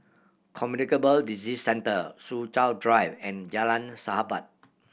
Communicable Disease Centre Soo Chow Drive and Jalan Sahabat